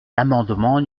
l’amendement